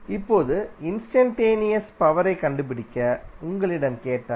இப்போது இன்ஸ்டன்டேனியஸ் பவரைக் கண்டுபிடிக்க உங்களிடம் கேட்டால்